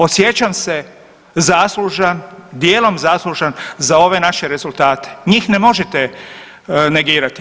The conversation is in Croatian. Osjećam se zaslužan, dijelom zaslužan za ove naše rezultate njih ne možete negirati.